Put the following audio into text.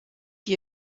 die